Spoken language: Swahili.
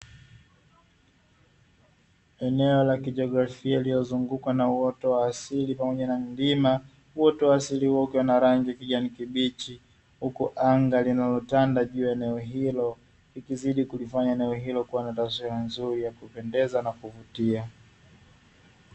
Eneo la kijiografia lililozungukwa na uoto wa asili pamoja na mlima. Uoto wa asili huo ukiwa na rangi ya kijani kibichi, huku anga linalotanda juu ya eneo hilo likizidi kulifanya eneo hilo kuwa na taswira nzuri ya kupendeza na kuvutia.